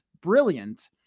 brilliant